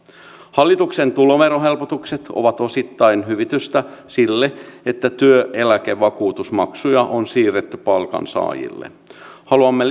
hallituksen tuloverohelpotukset ovat osittain hyvitystä sille että työeläkevakuutusmaksuja on siirretty palkansaajille haluamme